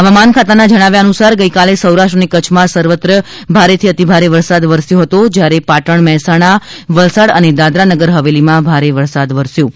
હવામાન ખાતાના જણાવ્યા અનુસાર ગઈકાલે સૌરાષ્ટ્ર અને કચ્છમાં સર્વત્ર ભારેથી અતિભારે વરસાદ વરસ્યો હતો જ્યારે પાટણ મહેસાણા વલસાડ અને દાદરાનગર હવેલીમાં ભારે વરસાદના અહેવાલ છે